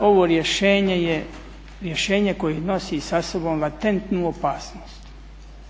ovo rješenje je rješenje koje nosi sa sobom latentnu opasnost.